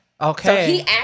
Okay